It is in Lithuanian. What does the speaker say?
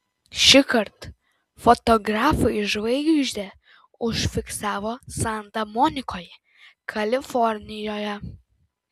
šįkart fotografai žvaigždę užfiksavo santa monikoje kalifornijoje